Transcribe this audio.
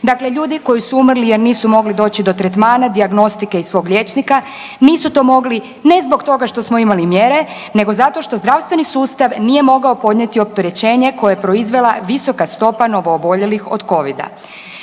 Dakle ljudi koji su umrli jer nisu mogli doći do tretmana, dijagnostike i svog liječnika nisu to mogli ne zbog toga što smo imali mjere nego zato što zdravstveni sustav nije mogao podnijeti opterećenje koje je proizvela visoka stopa novooboljelih od covida.